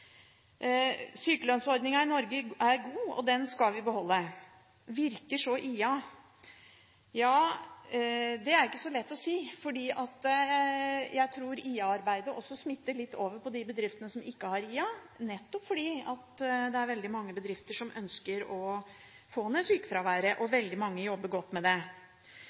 i Norge er god, og den skal vi beholde. Virker så IA? Det er ikke så lett å si, for jeg tror IA-arbeidet også smitter litt over på de bedriftene som ikke har IA, nettopp fordi det er veldig mange bedrifter som ønsker å få ned sykefraværet, og veldig mange jobber godt med det.